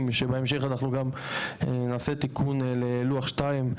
שבהמשך אנחנו גם נעשה תיקון ללוח שתיים.